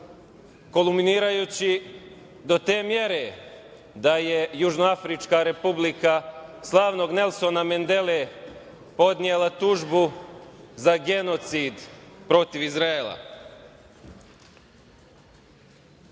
kulminirajući do te mere da je Južnoafrička Republika slavnog Nelsona Mendele podnela tužbu za genocid protiv Izraela. Kruna